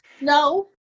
No